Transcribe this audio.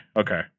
okay